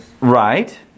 Right